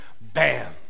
bam